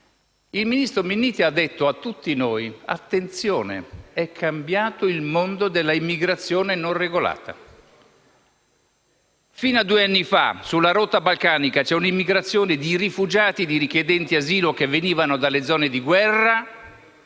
Il ministro Minniti ha detto a tutti noi: attenzione, è cambiato il mondo dell'immigrazione non regolata. Fino a due anni fa, sulla rotta balcanica vi era una immigrazione di rifugiati e richiedenti asilo che venivano dalle zone di guerra;